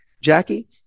Jackie